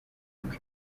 uko